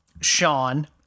Sean